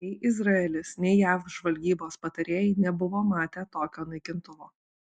nei izraelis nei jav žvalgybos patarėjai nebuvo matę tokio naikintuvo